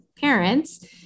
parents